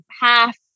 half